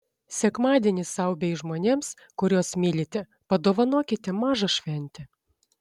sekmadienį sau bei žmonėms kuriuos mylite padovanokite mažą šventę